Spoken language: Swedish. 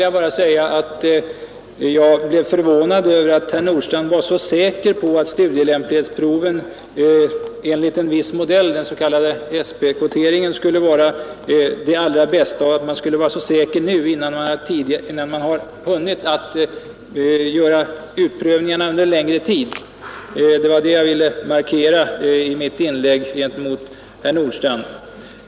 Jag blev förvånad över att herr Nordstrandh var så säker på att studielämplighetsproven enligt en viss modell, den s.k. SB-kvoteringen, skulle vara det allra bästa och att man skulle vara så säker nu innan man har hunnit göra utprövningarna under en längre tid. Det var det jag ville markera i min replik till herr Nordstrandh.